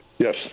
Yes